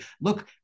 look